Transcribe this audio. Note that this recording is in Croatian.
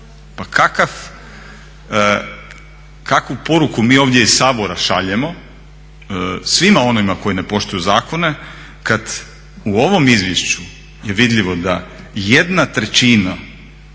pa kakvu poruku mi ovdje iz Sabora šaljemo svima onima koji ne poštuju zakone kad u ovom izvješću je vidljivo da jedna trećina